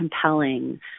compelling